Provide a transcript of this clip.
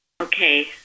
Okay